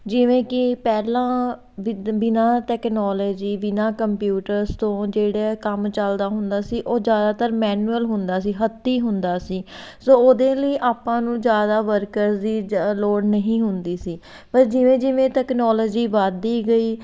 ਜਿਵੇਂ ਕਿ ਪਹਿਲਾਂ ਵਿਦ ਬਿਨਾਂ ਟੈਕਨਾਲਜੀ ਬਿਨਾਂ ਕੰਪਿਊਟਰਸ ਤੋਂ ਜਿਹੜੇ ਕੰਮ ਚਲਦਾ ਹੁੰਦਾ ਸੀ ਉਹ ਜਿਆਦਾਤਰ ਮੈਨੂਅਲ ਹੁੰਦਾ ਸੀ ਹੱਥੀਂ ਹੁੰਦਾ ਸੀ ਸੋ ਉਹਦੇ ਲਈ ਆਪਾਂ ਨੂੰ ਜ਼ਿਆਦਾ ਵਰਕਰ ਦੀ ਜਿ ਲੋੜ ਨਹੀਂ ਹੁੰਦੀ ਸੀ ਪਰ ਜਿਵੇਂ ਜਿਵੇਂ ਟੈਕਨਾਲਜੀ ਵੱਧਦੀ ਗਈ